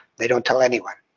they don't tell anyone,